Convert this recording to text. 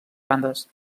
bandes